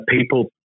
people